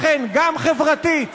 לכן, גם חברתית,